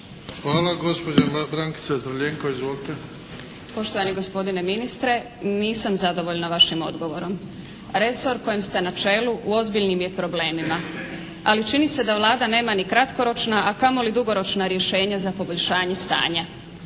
**Crljenko, Brankica (SDP)** Poštovani gospodine ministre. Nisam zadovoljna vašim odgovorom. Resor kojem ste na čelu u ozbiljnim je problemima. Ali čini se da Vlada nema ni kratkoročna a kamoli dugoročna rješenja za poboljšanje stanja.